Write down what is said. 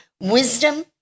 wisdom